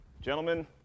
Gentlemen